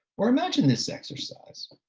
or imagined this exercise